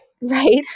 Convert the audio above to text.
right